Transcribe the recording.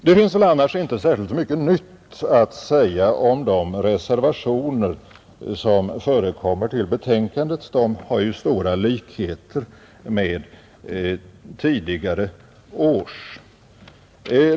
Det finns väl annars inte särskilt mycket nytt att säga om de reservationer som förekommer till betänkandet; de har ju stora likheter med tidigare års.